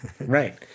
Right